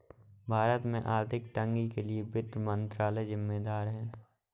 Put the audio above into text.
भारत में आर्थिक तंगी के लिए वित्त मंत्रालय ज़िम्मेदार है